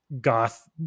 goth